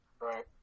Right